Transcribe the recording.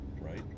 right